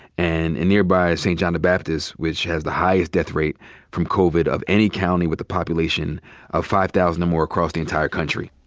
and in nearby st. john the baptist, which has the highest death rate from covid of any county with a population of five thousand or more across the entire country,